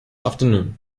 afternoon